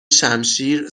شمشیر